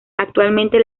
actualmente